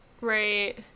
Right